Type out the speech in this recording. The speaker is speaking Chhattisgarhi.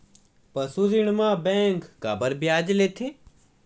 पशु ऋण म बैंक काबर ब्याज लेथे?